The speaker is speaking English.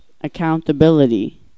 Accountability